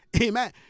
Amen